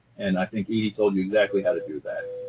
and i think edie told you exactly how to do that.